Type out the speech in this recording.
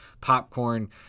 popcorn